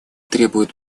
требуют